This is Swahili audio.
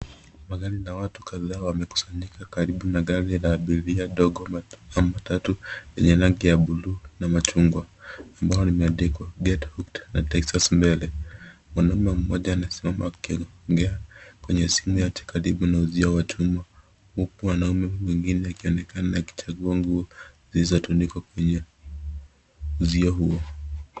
Magari na watu kataa wamekusanyika karibu na gari la abiria ndogo au matatu enye rangi ya bluu na majungwa ambao imeandikwa get hook na taxi mbele. Mwanaume moja anasimama akiongea kwenye simu katika na karibu usio wa chuma huku wanaume wengine ukionekana akichangua nguo zizizotundikwa kwenye usio huo.